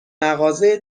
مغازه